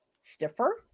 stiffer